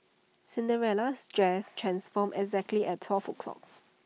Cinderella's dress transformed exactly at twelve o'clock